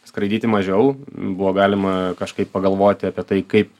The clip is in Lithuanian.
skraidyti mažiau buvo galima kažkaip pagalvoti apie tai kaip